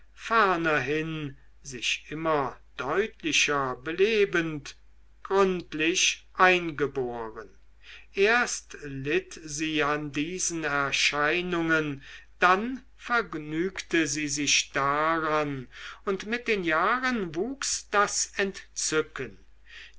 sich immer deutlicher belebend gründlich eingeboren erst litt sie an diesen erscheinungen dann vergnügte sie sich daran und mit den jahren wuchs das entzücken